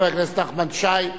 חבר הכנסת נחמן שי,